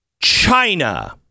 China